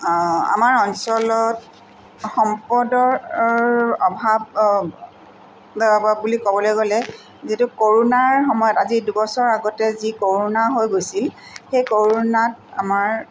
আমাৰ অঞ্চলত সম্পদৰ অভাৱ বা অভাৱ বুলি ক'বলৈ গ'লে যিটো কৰোণাৰ সময়ত আজি দুবছৰ আগতে যি কৰোণা হৈ গৈছিল সেই কৰোণাত আমাৰ